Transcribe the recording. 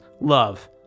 love